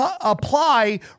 apply